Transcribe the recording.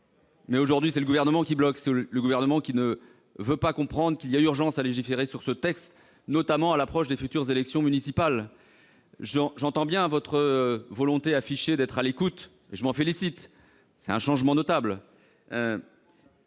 mais, aujourd'hui, c'est le Gouvernement qui bloque, qui ne veut pas comprendre qu'il y a urgence à légiférer sur ce texte, notamment à l'approche des futures élections municipales. J'entends bien votre volonté affichée d'être à l'écoute, et je m'en félicite- c'est un changement notable.